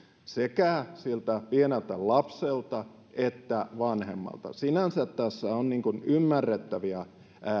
sekä siltä pieneltä lapselta että vanhemmalta sinänsä tässä on ymmärrettäviä